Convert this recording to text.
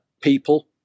people